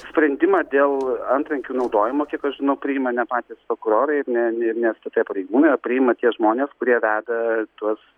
sprendimą dėl antrankių naudojimo kiek aš žinau priima ne patys prokurorai ir ne ne ne stt pareigūnai o priima tie žmonės kurie veda tuos